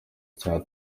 cya